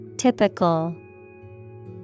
Typical